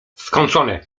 skończone